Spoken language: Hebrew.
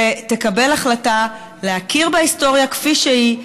ותקבל החלטה להכיר בהיסטוריה כפי שהיא,